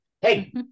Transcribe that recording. Hey